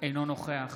אינו נוכח